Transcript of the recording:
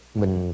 mình